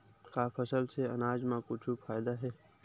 का फसल से आनाज मा कुछु फ़ायदा हे?